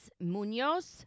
Munoz